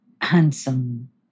handsome